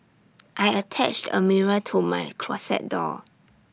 I attached A mirror to my closet door